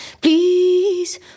Please